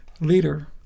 leader